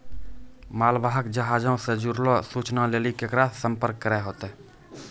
मालवाहक जहाजो से जुड़लो सूचना लेली केकरा से संपर्क करै होतै?